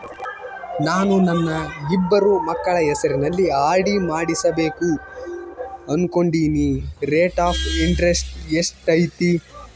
ನಾನು ನನ್ನ ಇಬ್ಬರು ಮಕ್ಕಳ ಹೆಸರಲ್ಲಿ ಆರ್.ಡಿ ಮಾಡಿಸಬೇಕು ಅನುಕೊಂಡಿನಿ ರೇಟ್ ಆಫ್ ಇಂಟರೆಸ್ಟ್ ಎಷ್ಟೈತಿ?